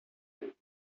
right